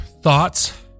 thoughts